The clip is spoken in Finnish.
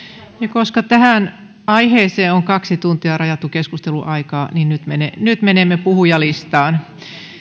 koska tähän aiheeseen on kaksi tuntia rajattu keskusteluaikaa niin nyt menemme puhujalistaan